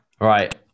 right